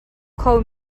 kho